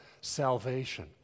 salvation